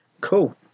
Cool